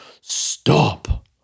stop